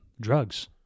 drugs